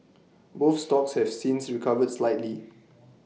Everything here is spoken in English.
both stocks have since recovered slightly